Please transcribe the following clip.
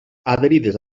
adherides